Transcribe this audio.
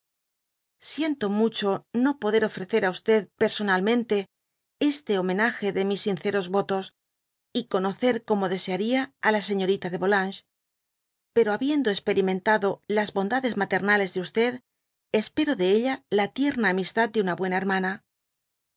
siento mucho ne poder ofrecer á personal r mente este homenage de mis sinceros votos y eonocer como desearia á la señorita de volanges pero habiendo e erimentado las bondades maternales de espero de eua la tierna amistad de una buena hermana